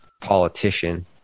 politician